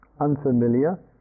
unfamiliar